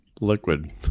liquid